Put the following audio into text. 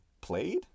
played